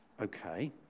okay